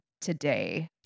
today